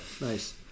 Nice